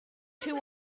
two